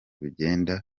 bigenda